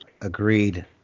agreed